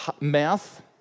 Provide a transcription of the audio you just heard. mouth